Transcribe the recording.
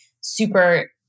super